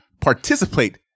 participate